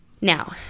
Now